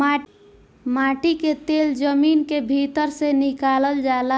माटी के तेल जमीन के भीतर से निकलल जाला